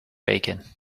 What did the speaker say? bacon